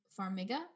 Farmiga